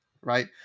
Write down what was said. right